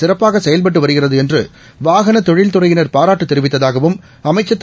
சிறப்பாகசெயல்பட்டுவருகிறதுஎன்றுவாகனதொழில் துறையினர் பாராட்டுதெரிவித்ததாகவும் அமைச்சர் திரு